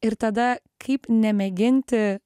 ir tada kaip nemėginti